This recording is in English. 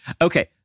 Okay